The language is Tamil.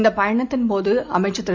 இந்தபயணத்தின்போது அமைச்சர்திரு